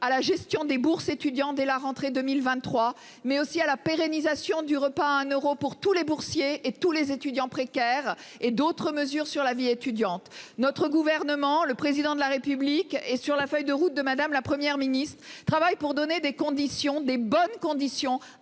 à la gestion des bourses étudiants dès la rentrée 2023, mais aussi à la pérennisation du repas à un euro pour tous les boursiers et tous les étudiants précaires et d'autres mesures sur la vie étudiante, notre gouvernement, le président de la République et sur la feuille de route de madame, la Première ministre travaille pour donner des conditions des bonnes conditions